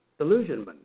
Delusionment